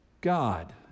God